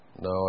No